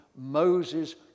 Moses